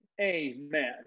Amen